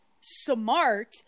smart